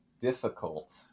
difficult